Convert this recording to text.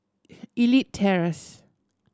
Elite Terrace